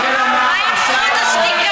ואני מציע לך,